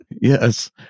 Yes